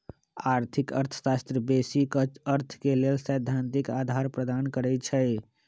आर्थिक अर्थशास्त्र बेशी क अर्थ के लेल सैद्धांतिक अधार प्रदान करई छै